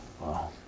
Wow